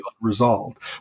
unresolved